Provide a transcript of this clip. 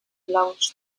belongs